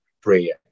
prayer